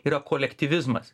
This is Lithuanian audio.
yra kolektyvizmas